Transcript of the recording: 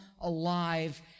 alive